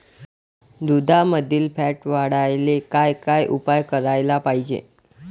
दुधामंदील फॅट वाढवायले काय काय उपाय करायले पाहिजे?